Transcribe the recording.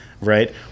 right